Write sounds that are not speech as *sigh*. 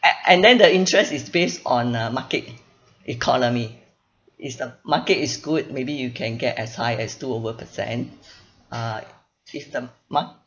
at and then the interest is based on uh market economy is the market is good maybe you can get as high as two over percent *breath* uh if the mar~